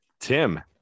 Tim